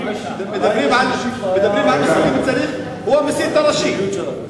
הוא המסית הראשי.